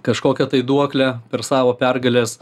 kažkokią tai duoklę per savo pergales